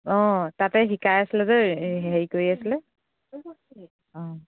অঁ তাতে শিকাই আছিলে যে হেৰি কৰি আছিলে অঁ